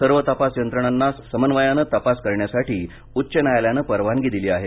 सर्व तपास यंत्रणांना समन्वयानं तपास करण्यासाठी उच्च न्यायालयानं परवानगी दिली आहे